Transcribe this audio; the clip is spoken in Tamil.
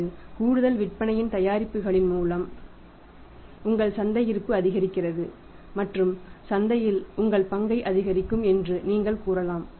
அல்லது கூடுதல் விற்பனையின் தயாரிப்புகளின் மூலம் உங்கள் சந்தை இருப்பு அதிகரிக்கிறது மற்றும் சந்தையில் உங்கள் பங்கை அதிகரிக்கும் என்று நீங்கள் கூறலாம்